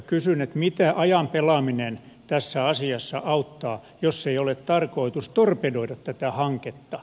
kysyn mitä ajan pelaaminen tässä asiassa auttaa jos ei ole tarkoitus torpedoida tätä hanketta